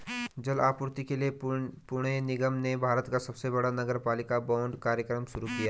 जल आपूर्ति के लिए पुणे निगम ने भारत का सबसे बड़ा नगरपालिका बांड कार्यक्रम शुरू किया